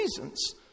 reasons